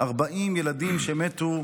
40 ילדים שמתו בייסורים.